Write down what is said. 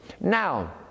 Now